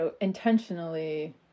intentionally